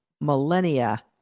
millennia